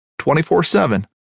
24-7